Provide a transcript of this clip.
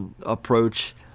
approach